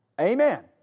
Amen